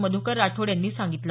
मध्कर राठोड यांनी सांगितलं